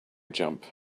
jump